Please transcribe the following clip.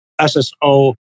SSO